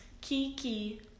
Kiki